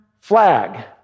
flag